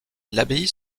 l’abbaye